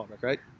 right